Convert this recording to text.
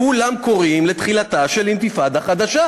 כולם קוראים לתחילתה של אינתיפאדה חדשה.